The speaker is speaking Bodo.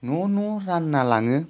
न' न' रानना लाङो